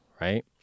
Right